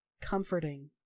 comforting